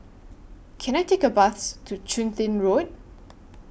Can I Take A Bus to Chun Tin Road